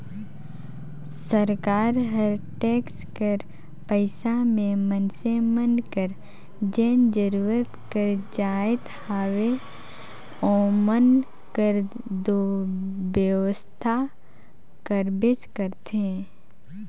सरकार हर टेक्स कर पइसा में मइनसे मन कर जेन जरूरत कर जाएत हवे ओमन कर दो बेवसथा करबेच करथे